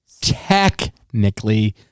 technically